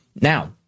Now